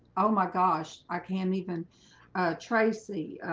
oh my gosh, i can't even tracy